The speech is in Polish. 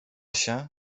się